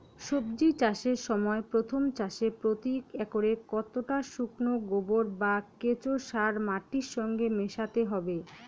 সবজি চাষের সময় প্রথম চাষে প্রতি একরে কতটা শুকনো গোবর বা কেঁচো সার মাটির সঙ্গে মেশাতে হবে?